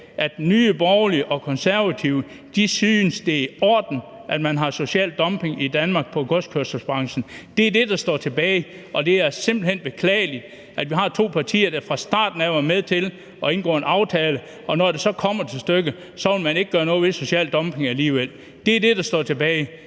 at Nye Borgerlige og Konservative synes, det er i orden, at man har social dumping i Danmark i godskørselsbranchen. Det er det, der står tilbage, og det er simpelt hen beklageligt, at vi har to partier, der fra starten af var med til at indgå en aftale, og når det så kommer til stykket, vil man ikke gøre noget ved social dumping alligevel. Det er det, der står tilbage.